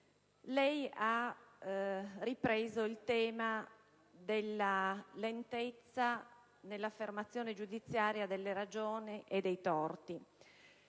lei è tornato sul tema della lentezza dell'affermazione giudiziaria delle ragioni e dei torti.